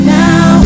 now